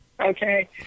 Okay